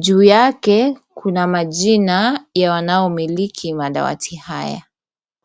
Juu yake kuna majina ya wanaomiliki madawati haya.